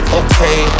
okay